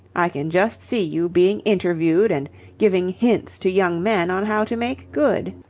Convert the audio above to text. i can just see you being interviewed and giving hints to young men on how to make good.